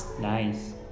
Nice